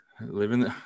Living